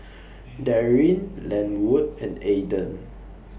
Daryn Lenwood and Aaden